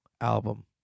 album